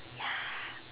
ya